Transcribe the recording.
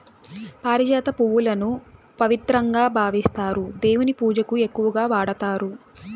పారిజాత పువ్వులను పవిత్రంగా భావిస్తారు, దేవుని పూజకు ఎక్కువగా వాడతారు